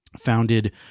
founded